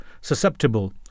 susceptible